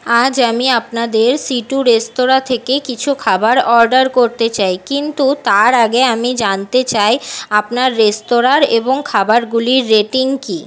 আজ আমি আপনাদের সি টু রেস্তোরাঁ থেকে কিছু খাবার অর্ডার করতে চাই কিন্তু তার আগে আমি জানতে চাই আপনার রেস্তোরাঁর এবং খাবারগুলির রেটিং কি